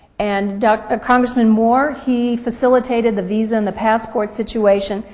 and ah congressman moore, he facilitated the visa and the passport situation,